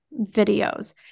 Videos